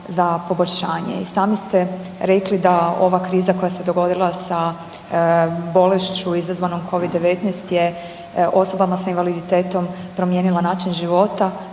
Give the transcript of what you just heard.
za poboljšanje. I sami ste rekli da ova kriza koja se dogodila sa bolešću izazvanom Covid-19 je osobama sa invaliditetom promijenila način života